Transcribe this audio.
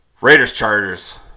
Raiders-Chargers